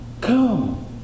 Come